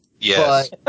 Yes